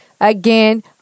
again